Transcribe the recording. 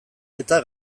eta